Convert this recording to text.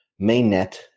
Mainnet